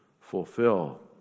fulfill